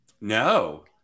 No